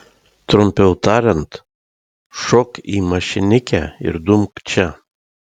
trumpiau tariant šok į mašinikę ir dumk čia